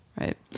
Right